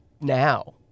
now